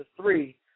three